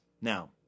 Now